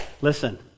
listen